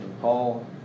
Paul